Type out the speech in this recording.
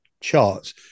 charts